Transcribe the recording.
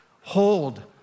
Hold